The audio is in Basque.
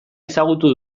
ezagutu